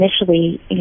initially